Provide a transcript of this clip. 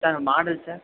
sir model sir